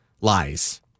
lies